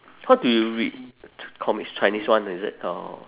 what do you read comics chinese one is it or